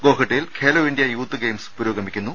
ഗോഹട്ടിയിൽ Khelo India youth games പുരോഗമിക്കുന്നു